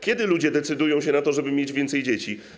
Kiedy ludzie decydują się na to, żeby mieć więcej dzieci?